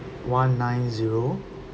one nine zero